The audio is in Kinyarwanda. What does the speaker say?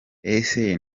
ese